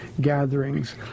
gatherings